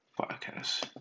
Podcast